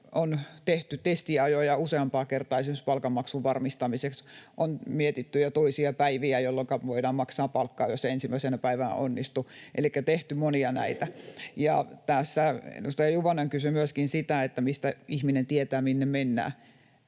on tehty testiajoja useampaan kertaan esimerkiksi palkanmaksun varmistamiseksi, on mietitty jo toisia päiviä, jolloinka voidaan maksaa palkkaa, jos ei ensimmäisenä päivänä onnistu, elikkä on tehty monia näitä asioita. Tässä edustaja Juvonen kysyi myöskin, mistä ihminen tietää, minne mennä.